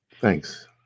Thanks